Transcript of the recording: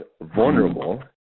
vulnerable